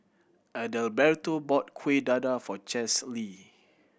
Adalberto bought Kuih Dadar for Chesley